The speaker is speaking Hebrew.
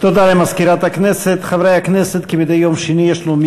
הכנסת חיים כץ,